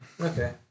okay